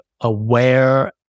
aware